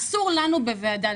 אסור לנו בוועדה,